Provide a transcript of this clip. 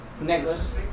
necklace